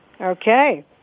Okay